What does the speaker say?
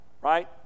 right